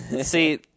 See